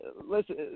listen